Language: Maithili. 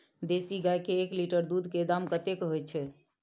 देसी गाय के एक लीटर दूध के दाम कतेक होय छै?